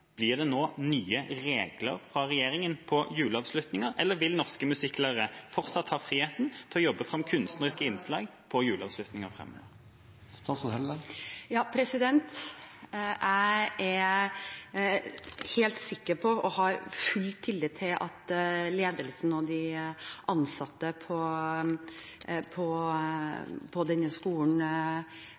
Blir det nå nye regler fra regjeringa for juleavslutninger, eller vil norske musikklærere fortsatt ha frihet til å jobbe fram kunstneriske innslag på juleavslutninger framover? Jeg er helt sikker på og har full tillit til at ledelsen og de ansatte på denne skolen